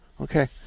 Okay